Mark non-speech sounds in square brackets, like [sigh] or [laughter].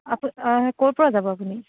[unintelligible] ক'ৰপৰা যাব আপুনি